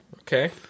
Okay